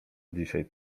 dzisiaj